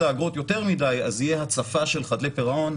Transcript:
האגרות יותר מדי אז תהיה הצפה של חדלי פירעון,